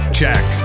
check